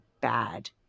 bad